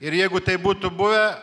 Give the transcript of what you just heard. ir jeigu taip būtų buvę